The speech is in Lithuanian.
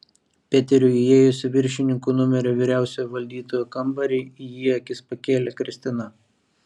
peteriui įėjus į viršininkų numerio vyriausiojo valdytojo kambarį į jį akis pakėlė kristina